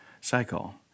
cycle